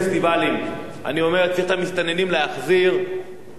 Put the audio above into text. אני אומר שצריך להחזיר את המסתננים בצורה נחושה,